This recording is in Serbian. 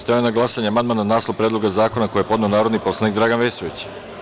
Stavljam na glasanje amandman na naslov Predloga zakona koji je podneo narodni poslanik Dragan Vesović.